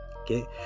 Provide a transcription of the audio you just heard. Okay